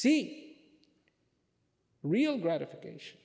see real gratification